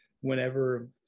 whenever